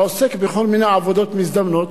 עוסק בכל מיני עבודות מזדמנות,